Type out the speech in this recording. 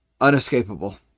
unescapable